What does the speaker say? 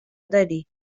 داری